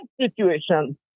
situation